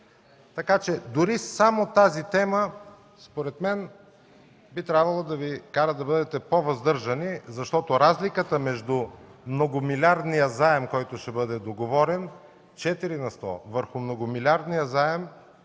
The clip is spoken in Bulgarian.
4,25! Дори само тази тема, според мен, би трябвало да Ви кара да бъдете по-въздържани, защото разликата между многомилиардния заем, който ще бъде договорен – четири на сто върху многомилиардния заем,